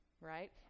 right